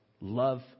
love